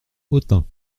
autun